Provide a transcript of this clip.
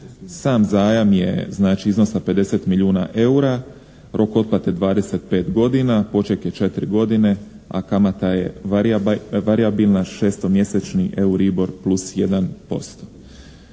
Sam zajam je znači iznosa 50 milijuna eura, u roku otplate 25 godina. Poček je 4 godine, a kamata je varijabilna, 6-mjesečni euribor plus 1%.